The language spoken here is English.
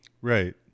right